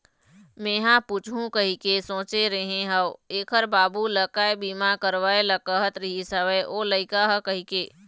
मेंहा पूछहूँ कहिके सोचे रेहे हव ऐखर बाबू ल काय बीमा करवाय ल कहत रिहिस हवय ओ लइका ह कहिके